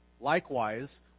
Likewise